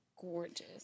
gorgeous